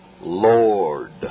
Lord